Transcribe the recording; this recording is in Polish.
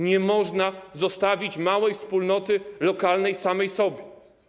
Nie można zostawić małej wspólnoty lokalnej samej sobie.